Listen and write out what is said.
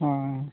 ᱦᱮᱸ